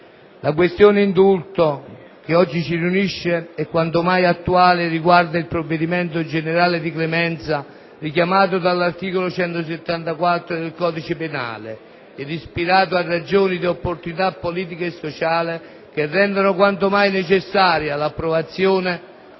all'indulto che oggi ci riunisce è quanto mai attuale e riguarda il provvedimento generale di clemenza richiamato dall'articolo 174 del codice penale ed ispirato a ragioni di opportunità politica e sociale che rendono quanto mai necessaria l'approvazione